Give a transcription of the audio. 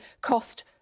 cost